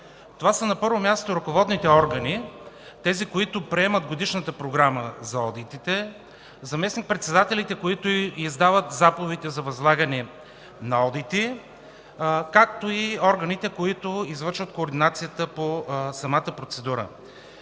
това са ръководните органи – тези, които приемат годишната програма за одитите, заместник-председателите, които издават заповедите за възлагане на одити, както и органите, които извършват координацията по самата процедура.